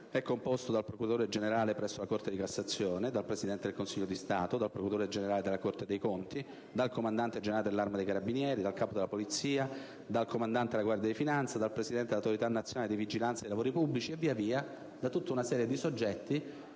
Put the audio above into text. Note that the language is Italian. composto dal procuratore generale della Corte di cassazione, dal presidente del Consiglio di Stato, dal procuratore generale della Corte dei conti, dal comandante generale dell'Arma dei carabinieri, dal capo della Polizia, dal comandante della Guardia di finanza, dal presidente dell'Autorità nazionale di vigilanza sui lavori pubblici, e via via da tutta una serie di soggetti